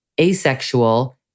asexual